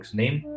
name